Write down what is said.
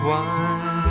one